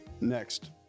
Next